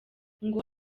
ngo